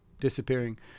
disappearing